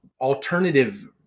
alternative